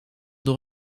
door